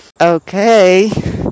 okay